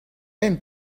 aime